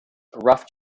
rough